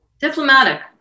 Diplomatic